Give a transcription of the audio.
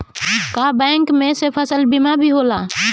का बैंक में से फसल बीमा भी होला?